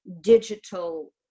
digital